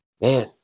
man